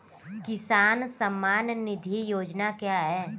किसान सम्मान निधि योजना क्या है?